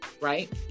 right